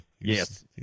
Yes